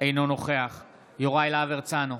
אינו נוכח יוראי להב הרצנו,